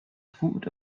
food